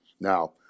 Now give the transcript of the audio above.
Now